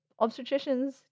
obstetricians